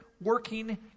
working